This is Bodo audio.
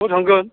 बहा थांगोन